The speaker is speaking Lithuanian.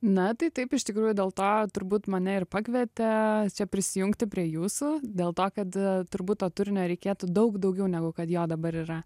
na tai taip iš tikrųjų dėl to turbūt mane ir pakvietė prisijungti prie jūsų dėl to kad turbūt to turinio reikėtų daug daugiau negu kad jo dabar yra